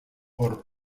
por